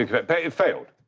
but but it failed.